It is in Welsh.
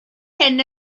hyn